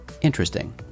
Interesting